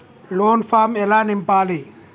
Loan form ఎలా నింపాలి?